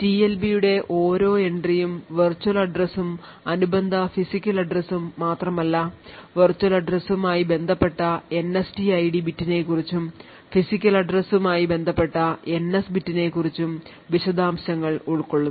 ടിഎൽബിയുടെ ഓരോ എൻട്രിയും virtual address ഉം അനുബന്ധ ഫിസിക്കൽ അഡ്രസ്സ് ഉം മാത്രമല്ല വിർച്വൽ അഡ്രസ്സ് ഉം ആയി ബന്ധപ്പെട്ട NSTID ബിറ്റിനെക്കുറിച്ചും ഫിസിക്കൽ അഡ്രസ്സ് ഉം ആയി ബന്ധപ്പെട്ട NS ബിറ്റിനെക്കുറിച്ചും വിശദാംശങ്ങൾ ഉൾക്കൊള്ളുന്നു